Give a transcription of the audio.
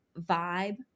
vibe